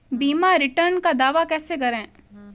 बीमा रिटर्न का दावा कैसे करें?